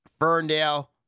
Ferndale